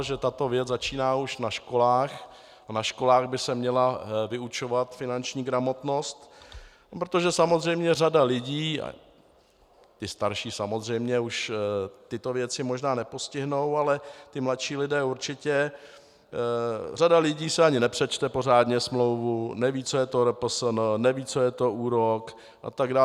Že tato věc začíná už na školách a na školách by se měla vyučovat finanční gramotnost, protože samozřejmě řada lidí, ty starší samozřejmě už tyto věci možná nepostihnou, ale ty mladší určitě, si ani nepřečte pořádně smlouvu, neví, co je to RPSN, neví, co je to úrok, a tak dále.